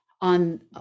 on